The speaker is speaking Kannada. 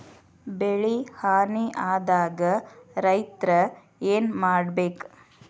ಬೆಳಿ ಹಾನಿ ಆದಾಗ ರೈತ್ರ ಏನ್ ಮಾಡ್ಬೇಕ್?